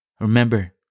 Remember